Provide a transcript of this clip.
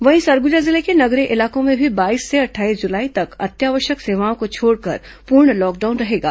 वहीं सरगुजा जिले के नगरीय इलाकों में भी बाईस से अट्ठाईस जुलाई तक अत्यावश्यक सेवाओं को छोड़कर पूर्ण लॉकडाउन रहेगा